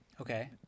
Okay